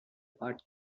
part